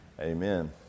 amen